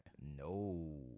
No